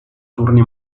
turni